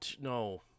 No